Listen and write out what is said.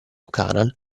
canal